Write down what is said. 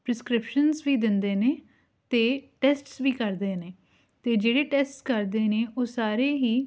prescriptions ਵੀ ਦਿੰਦੇ ਨੇ ਅਤੇ ਟੈਸਟਸ ਵੀ ਕਰਦੇ ਨੇ ਅਤੇ ਜਿਹੜੇ ਟੈਸਟ ਕਰਦੇ ਨੇ ਉਹ ਸਾਰੇ ਹੀ